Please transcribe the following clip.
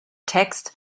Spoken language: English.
text